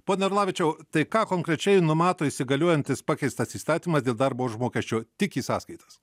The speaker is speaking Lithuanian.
pone arlavičiau tai ką konkrečiai numato įsigaliojantis pakeistas įstatymas dėl darbo užmokesčio tik į sąskaitas